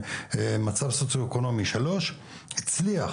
מצב סוציו אקונומי שלוש, הוא הצליח